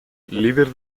líder